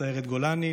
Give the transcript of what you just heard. סיירת גולני,